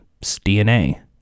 DNA